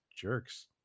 jerks